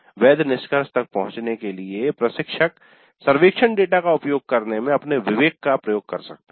वैध निष्कर्ष तक पहुंचने के लिए प्रशिक्षक सर्वेक्षण डेटा का उपयोग करने में अपने विवेक का उपयोग कर सकते हैं